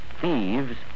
thieves